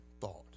thought